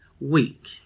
week